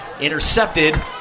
intercepted